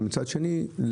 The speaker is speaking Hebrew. ומצד שני,